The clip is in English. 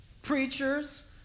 preachers